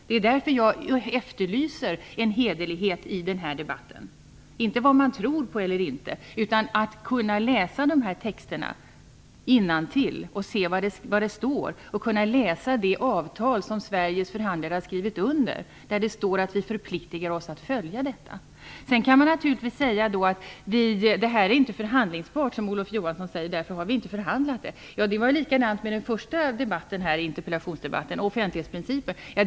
Det är därför som jag efterlyser en hederlighet i den här debatten. Jag efterlyser inte vad man tror på eller inte, utan att man skall kunna läsa de här texterna innantill, se vad som står och kunna läsa det avtal som Sveriges förhandlare har skrivit under där det står att vi förplikar oss att följa detta. Sedan kan man naturligtvis, som Olof Johansson, säga att det här inte är förhandlingsbart och att vi därför inte har förhandlat om det. Det var likadant med debatten om offentlighetsprincipen, som var den första interpellationsdebatten i dag.